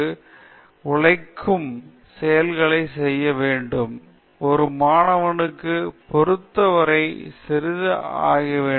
பேராசிரியர் பிரதாப் ஹரிதாஸ் நீங்கள் சுயாதீனமான உழைக்கும் செயல்களைச் செய்ய வேண்டும் ஒரு மாணவனைப் பொறுத்த வரை சிறிது நேரம் ஆகிவிட வேண்டும்